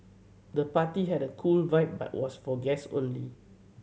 the party had a cool vibe but was for guest only